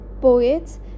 poets